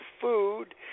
food